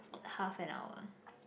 half an hour